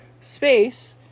space